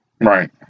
Right